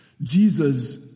Jesus